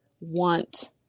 want